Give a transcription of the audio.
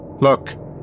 Look